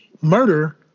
murder